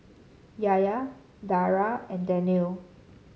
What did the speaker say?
Yahya Dara and Daniel